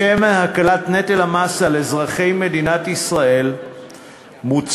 לשם הקלת נטל המס על אזרחי מדינת ישראל מוצע